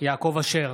יעקב אשר,